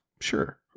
Sure